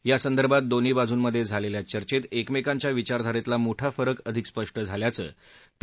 यासंदर्भात दोन्ही बांजुंमध्ये झालेल्या चर्चेत एकमेकांच्या विचारधारेतला मोठा फरक अधिक स्पष्ट झाल्याचं पी